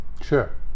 Sure